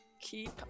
keep